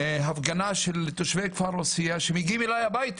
הפגנה של כבר עוספיה שמגיעים אליי הביתה.